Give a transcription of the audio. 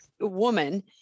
woman